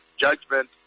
judgment